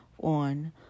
on